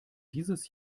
dieses